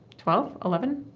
twelve? eleven?